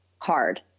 hard